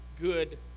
good